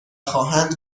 خواهند